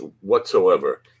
whatsoever